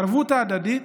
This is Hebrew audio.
הערבות ההדדית,